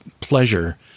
pleasure